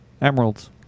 Emeralds